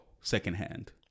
secondhand